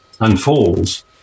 unfolds